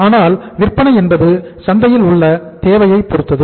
ஆனால் விற்பனை என்பது சந்தையில் உள்ள தேவையை பொறுத்தது